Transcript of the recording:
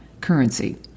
currency